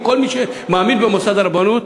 או כל מי שמאמין במוסד הרבנות,